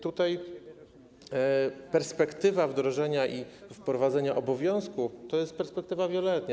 Tutaj perspektywa wdrożenia i wprowadzenia obowiązku to jest perspektywa wieloletnia.